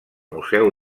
museu